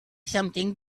something